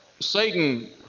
Satan